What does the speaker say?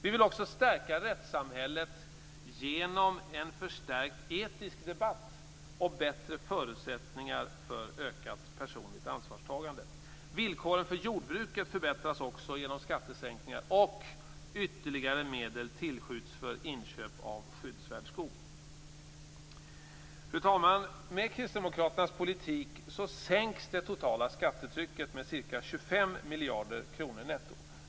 Vi vill också stärka rättssamhället genom en förstärkt etisk debatt och bättre förutsättningar för ökat personligt ansvarstagande. Villkoren för jordbruket förbättras också genom skattesänkningar. Ytterligare medel tillskjuts för inköp av skyddsvärd skog. Fru talman! Med Kristdemokraternas politik sänks det totala skattetrycket med ca 25 miljarder kronor netto.